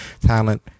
talent